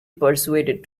persuaded